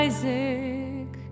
Isaac